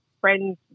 friends